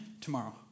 tomorrow